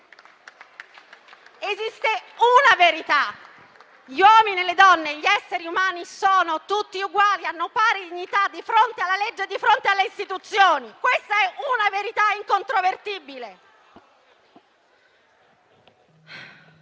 Esiste una verità: gli uomini e le donne, gli esseri umani, sono tutti uguali e hanno pari dignità di fronte alla legge e di fronte alle istituzioni. Questa è una verità incontrovertibile.